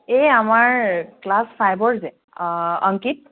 এই আমাৰ ক্লাছ ফাইভৰ যে অংকিত